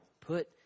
Put